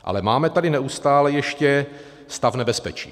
Ale máme tady neustále ještě stav nebezpečí.